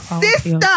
Sister